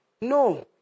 No